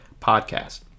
podcast